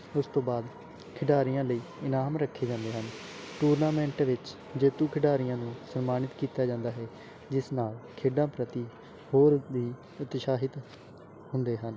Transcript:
ਉਸ ਤੋਂ ਬਾਅਦ ਖਿਡਾਰੀਆਂ ਲਈ ਇਨਾਮ ਰੱਖੇ ਜਾਂਦੇ ਹਨ ਟੂਰਨਾਮੈਂਟ ਵਿੱਚ ਜੇਤੂ ਖਿਡਾਰੀਆਂ ਨੂੰ ਸਨਮਾਨਿਤ ਕੀਤਾ ਜਾਂਦਾ ਹੈ ਜਿਸ ਨਾਲ ਖੇਡਾਂ ਪ੍ਰਤੀ ਹੋਰ ਵੀ ਉਤਸਾਹਿਤ ਹੁੰਦੇ ਹਨ